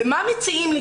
ומה מציעים לי,